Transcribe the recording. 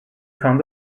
found